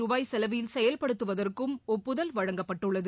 ரூபாய் செலவில் செயல்படுத்துவதற்கும் ஒப்புதல் வழங்கப்பட்டுள்ளது